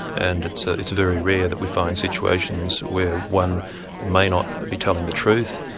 and it's ah it's very rare that we find situations where one may not be telling the truth,